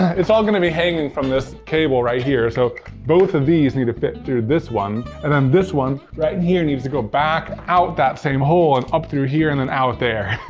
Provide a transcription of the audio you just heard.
it's all gonna be hanging from this cable right here, so both of these need to fit through this one, and then this one right in here needs to go back out that same hole and up through here and then out there.